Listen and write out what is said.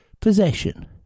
Possession